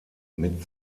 mit